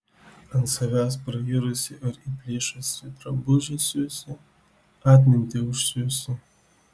ant savęs prairusį ar įplyšusį drabužį siūsi atmintį užsiūsi